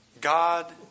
God